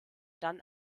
dann